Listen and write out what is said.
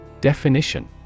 Definition